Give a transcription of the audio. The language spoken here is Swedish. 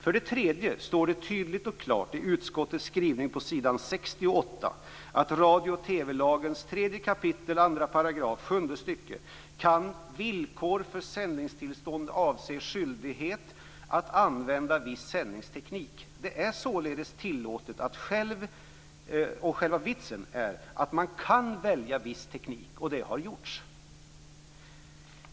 För det tredje står det tydligt och klart i utskottets skrivning på s. 68 att enligt radio och TV-lagens Det är således tillåtet, och själva vitsen är att man kan välja viss teknik. Och det har gjorts.